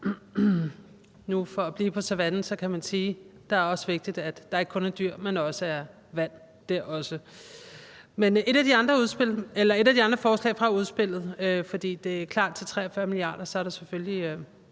nu at blive på savannen kan man sige, at det også er vigtigt, at der ikke kun er dyr, men at der også er vand dér. Men et af de andre forslag fra udspillet – for det er klart, at med et udspil til over 43 mia. kr. er der selvfølgelig